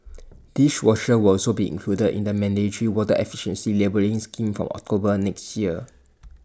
dishwashers will also be included in the mandatory water efficiency labelling scheme from October next year